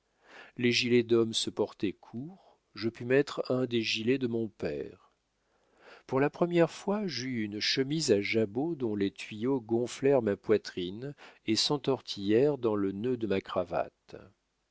les gilets d'homme se portaient courts je pus mettre un des gilets de mon père pour la première fois j'eus une chemise à jabot dont les tuyaux gonflèrent ma poitrine et s'entortillèrent dans le nœud de ma cravate